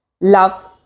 Love